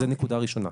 זו נקודה ראשונה.